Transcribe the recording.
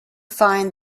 find